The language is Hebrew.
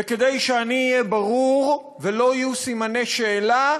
וכדי שאני אהיה ברור, ולא יהיו סימני שאלה,